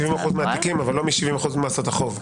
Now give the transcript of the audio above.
70% מהתיקים, אבל לא 70% ממסת החוב.